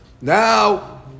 Now